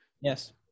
Yes